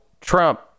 Trump